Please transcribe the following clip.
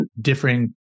differing